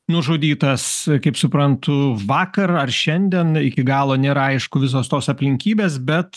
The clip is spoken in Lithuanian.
nužudytas kaip suprantu vakar ar šiandien iki galo nėra aišku visos tos aplinkybės bet